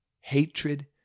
hatred